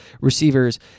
receivers